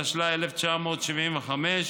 התשל"ה 1975,